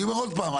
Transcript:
אני אומר עוד פעם,